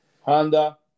Honda